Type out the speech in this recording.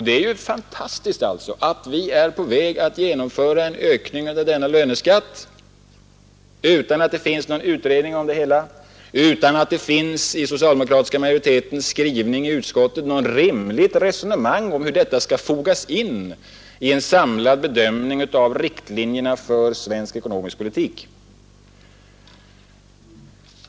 Det är fantastiskt att vi är på väg att genomföra en ökning av denna löneskatt utan att det finns någon utredning om det hela, utan att det i den socialdemokratiska majoritetens skrivning i utskottet finns något rimligt resonemang om hur detta skall fogas in i en samlad bedömning av riktlinjerna för svensk ekonomisk politik.